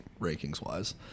rankings-wise